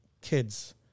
kids